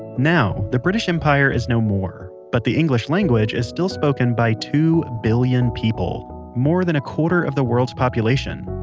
now, the british empire is no more, but the english language is still spoken by two billion people, more than a quarter of the world's population.